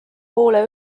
poole